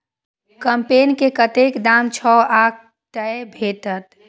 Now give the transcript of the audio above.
कम्पेन के कतेक दाम छै आ कतय भेटत?